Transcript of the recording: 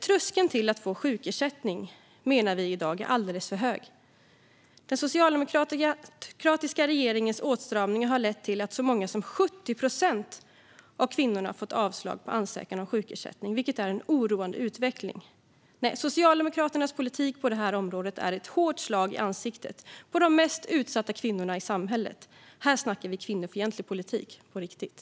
Tröskeln till att få sjukersättning är, menar vi, alldeles för hög. Den socialdemokratiska regeringens åtstramningar har lett till att så många som 70 procent av kvinnorna fått avslag på ansökan om sjukersättning, vilket är en oroande utveckling. Socialdemokraternas politik på området är ett hårt slag i ansiktet på de mest utsatta kvinnorna i samhället. Här snackar vi kvinnofientlig politik på riktigt.